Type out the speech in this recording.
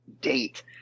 date